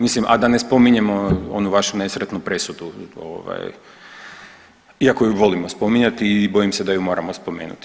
Mislim, a da ne spominjemo onu vašu nesretnu presudu, iako je volimo spominjati i bojim se da ju moramo spomenuti.